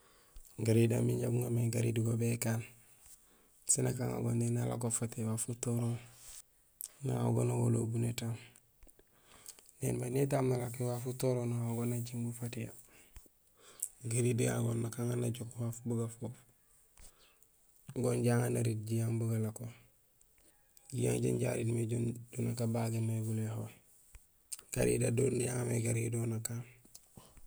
Garira minja guŋamé gariir go békaan, sén aŋago néni alako fatiha waaf utorool, naŋa go nawalohul bunétaam; nénimay nétaam nalakoyé waaf utorool naŋa go najiiŋ bufatiya; gariir gagu goon nak aŋaar najook waaf bugafoop, go inja aŋaar nariir jiyang bu galako. Jiyang janja ariir mé do nak abagéén mé guléhol. Garira do inja aŋaar mé garirol nakaan.